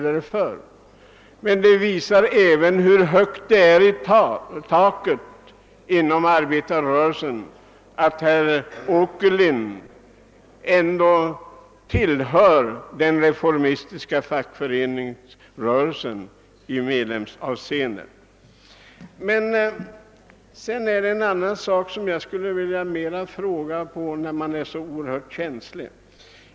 Att herr Åkerlind som medlem tillhör den reformistiska fackföreningsrörelsen visar också hur högt det är i taket inom arbetarrörelsen. Eftersom man är så oerhört känslig skulle jag vilja fråga om en annan sak.